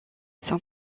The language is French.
son